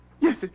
Yes